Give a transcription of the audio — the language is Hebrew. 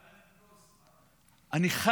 א' פלוס.